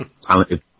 talented